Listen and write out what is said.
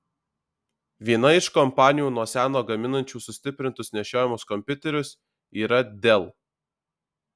viena iš kompanijų nuo seno gaminančių sustiprintus nešiojamus kompiuterius yra dell